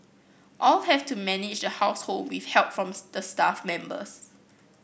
all have to manage household with help from the staff members